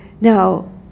now